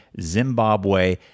zimbabwe